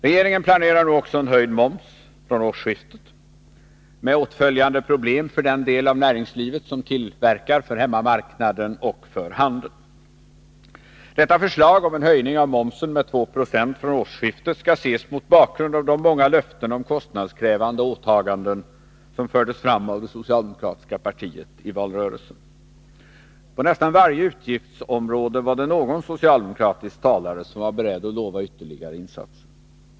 Regeringen planerar en höjd moms från årsskiftet med åtföljande problem för den del av näringslivet som tillverkar för hemmamarknaden och för handeln. Förslaget om en höjning av momsen med 2 96 från årsskiftet skall ses mot bakgrund av de många löften om kostnadskrävande åtaganden som framfördes av det socialdemokratiska partiet i valrörelsen. På nästan varje utgiftsområde var det någon socialdemokratisk talare som var beredd att lova ytterligare insatser.